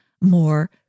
more